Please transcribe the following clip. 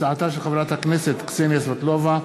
הצעתה של חברת הכנסת קסניה סבטלובה,